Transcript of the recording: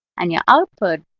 and your output